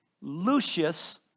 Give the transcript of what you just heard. Lucius